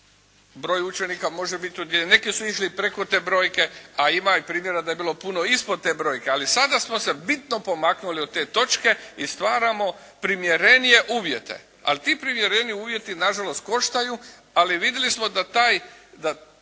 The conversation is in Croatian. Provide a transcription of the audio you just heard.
broj učenika može biti. Neki su išli i preko te brojke a ima i primjera da je bilo puno ispod te brojke. Ali sada smo se bitno pomaknuli od te točke i stvaramo primjerenije uvjete, ali ti primjereniji uvjeti nažalost koštaju ali vidjeli smo da to